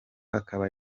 akaba